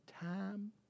time